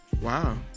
Wow